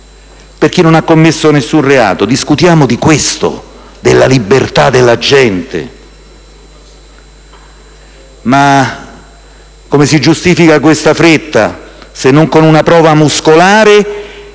per chi non ha commesso alcun reato. Discutiamo di questo, della libertà della gente. Ma come si giustifica questa fretta se non con una prova muscolare?